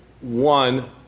one